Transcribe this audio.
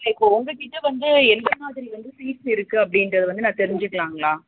இப்போது உங்கக்கிட்ட வந்து எந்த மாதிரி வந்து ஸீட்ஸ் இருக்குது அப்படின்றத வந்து நான் தெரிஞ்சிக்கலாங்களா